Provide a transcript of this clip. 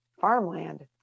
farmland